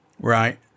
Right